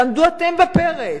תעמדו אתם בפרץ.